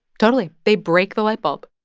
totally. they break the light bulb.